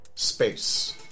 Space